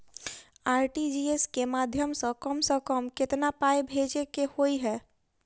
RTGS केँ माध्यम सँ कम सऽ कम केतना पाय भेजे केँ होइ हय?